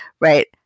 right